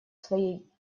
своей